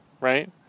right